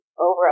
over